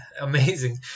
Amazing